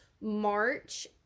March